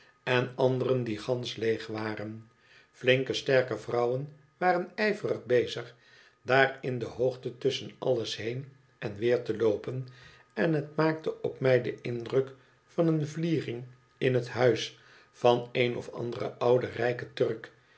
en anderen die ganschleeg waren flinke sterke vrouwen waren ijverig bezig daar in de hoogte tusschen alles heen en weer te loopen en het maakte op mij den indruk van een vliering in bet huis van een of anderen ouden rijken turk